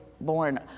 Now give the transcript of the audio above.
born